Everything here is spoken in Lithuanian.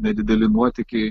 nedideli nuotykiai